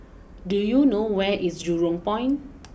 do you know where is Jurong Point